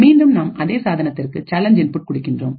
மீண்டும் நாம் அதே சாதனத்திற்கு சேலஞ்ச் இன்புட் கொடுக்கின்றோம்